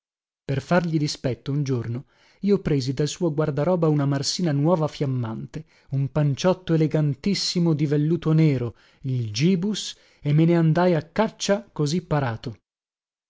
per fargli dispetto un giorno io presi dal suo guardaroba una marsina nuova fiammante un panciotto elegantissimo di velluto nero il gibus e me ne andai a caccia così parato